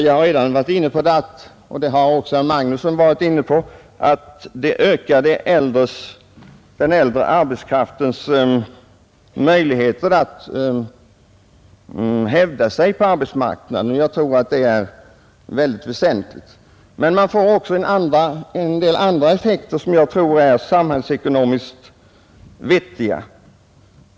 Jag har redan varit inne på — och det har också herr Magnusson — att det ökar den äldre arbetskraftens möjligheter att hävda sig på arbetsmarknaden, och jag tror att det är väldigt väsentligt. Men man får också en del andra effekter, som jag tror är samhällsekonomiskt vettiga.